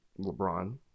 lebron